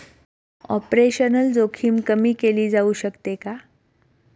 Operational जोखीम कमी केली जाऊ शकते का?